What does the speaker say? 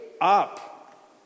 up